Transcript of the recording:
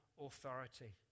authority